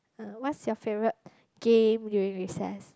uh what's your favorite game during recess